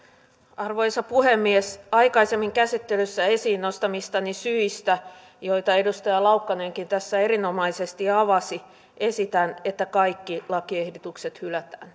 arvoisa puhemies aikaisemmin käsittelyssä esiin nostamistani syistä joita edustaja laukkanenkin tässä erinomaisesti avasi esitän että kaikki lakiehdotukset hylätään